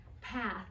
path